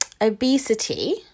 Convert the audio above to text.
obesity